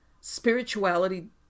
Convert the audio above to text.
spirituality